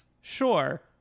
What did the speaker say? sure